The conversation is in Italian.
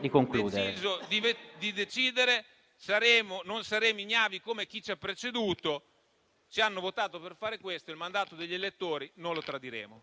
di concludere. LISEI *(FdI)*. Abbiamo deciso di decidere e non saremo ignavi come chi ci ha preceduto. Ci hanno votato per fare questo e il mandato degli elettori non lo tradiremo.